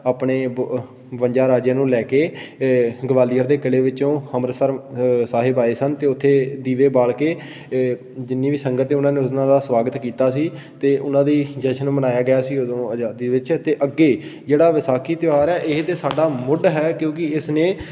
ਆਪਣੇ ਬ ਬਵੰਜਾ ਰਾਜਿਆਂ ਨੂੰ ਲੈ ਕੇ ਗਵਾਲੀਅਰ ਦੇ ਕਿਲੇ ਵਿੱਚੋਂ ਅੰਮ੍ਰਿਤਸਰ ਸਾਹਿਬ ਆਏ ਸਨ ਅਤੇ ਉੱਥੇ ਦੀਵੇ ਬਾਲ ਕੇ ਜਿੰਨੀ ਵੀ ਸੰਗਤ ਨੇ ਉਹਨਾਂ ਨੇ ਉਹਨਾਂ ਦਾ ਸਵਾਗਤ ਕੀਤਾ ਸੀ ਅਤੇ ਉਹਨਾਂ ਦੀ ਜਸ਼ਨ ਮਨਾਇਆ ਗਿਆ ਸੀ ਉਦੋਂ ਆਜ਼ਾਦੀ ਦੇ ਵਿੱਚ ਅਤੇ ਅੱਗੇ ਜਿਹੜਾ ਵਿਸਾਖੀ ਤਿਉਹਾਰ ਹੈ ਇਹ ਤਾਂ ਸਾਡਾ ਮੁੱਢ ਹੈ ਕਿਉਂਕਿ ਇਸ ਨੇ